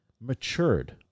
matured